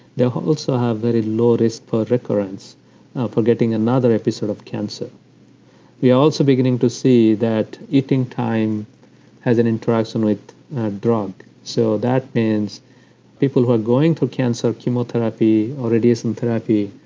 they also have very low-risk per recurrence for getting another episode of cancer we're also beginning to see that eating time has an interaction with drug. so that means people who are going through cancer chemotherapy or radiation therapy,